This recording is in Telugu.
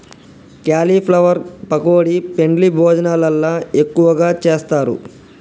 క్యాలీఫ్లవర్ పకోడీ పెండ్లి భోజనాలల్ల ఎక్కువగా చేస్తారు